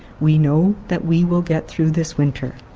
we know that we will get through this winter.